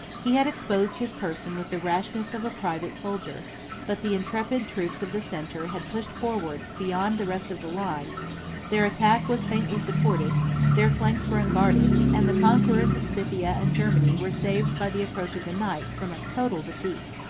he had exposed his person with the rashness of a private soldier but the intrepid troops of the centre had pushed forwards beyond the rest of the line their attack was faintly supported their flanks were unguarded and the conquerors of scythia and germany were saved by the approach of the night from a total defeat.